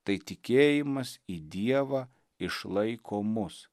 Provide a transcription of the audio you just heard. tai tikėjimas į dievą išlaiko mus